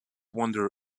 wonder